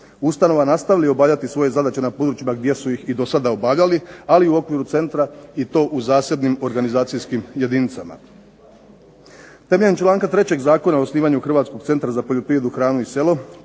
ustanova nastavili obavljati svoje zadaće na područjima gdje su ih i do sada obavljali, ali u okviru centra i to u zasebnim organizacijskim jedinicama. Temeljem članka 3. Zakona o osnivanju Hrvatskog centra za poljoprivredu, hranu i selo,